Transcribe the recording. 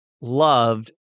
loved